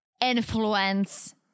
influence